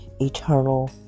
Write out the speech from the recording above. eternal